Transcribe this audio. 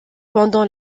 pendant